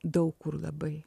daug kur labai